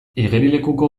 igerilekuko